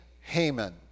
Haman